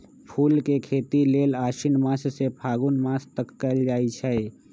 फूल के खेती लेल आशिन मास से फागुन तक कएल जाइ छइ